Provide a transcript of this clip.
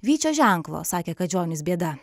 vyčio ženklo sakė kadžionis bėda